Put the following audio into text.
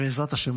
ובעזרת השם,